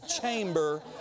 chamber